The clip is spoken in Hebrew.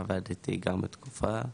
עבדתי גם תקופה,